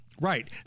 Right